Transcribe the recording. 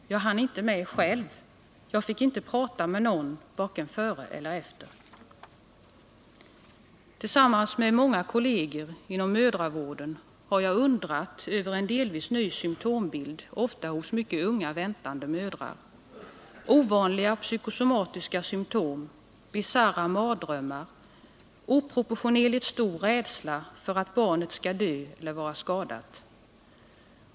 Jag hann inte med själv. Jag fick inte prata med någon vare sig före eller efter. Tillsammans med flera kolleger inom mödravården har jag undrat över en delvis ny symtombild, där hos mycket unga väntande mödrar: ovanliga psykosomatiska symtom, bisarra mardrömmar, oproportionerligt stor rädsla för att barnet skall dö eller vara skadat.